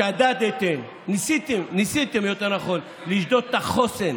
שדדתם, ניסיתם, יותר נכון, לשדוד את החוסן,